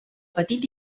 petit